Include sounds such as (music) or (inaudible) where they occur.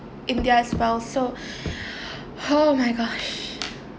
india as well so (breath) oh my gosh